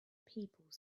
people